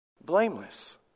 Blameless